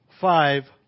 Five